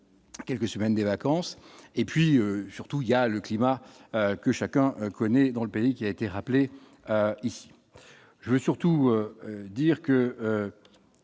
quelques semaines des vacances et puis surtout, il y a le climat que chacun connaît dans le pays qui a été rappelé ici je veux surtout dire que